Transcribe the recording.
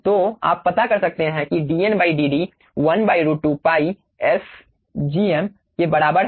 तो आप पता कर सकते हैं कि dn dd 1√2π Sgm के बराबर है